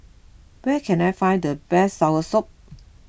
where can I find the best Soursop